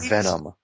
Venom